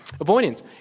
Avoidance